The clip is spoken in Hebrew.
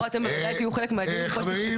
--- יהיו חלק מהדיון --- חברים,